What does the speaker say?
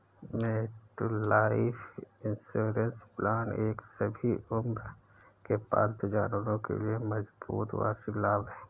MetLife insurance plan एक सभी उम्र के पालतू जानवरों के लिए मजबूत वार्षिक लाभ है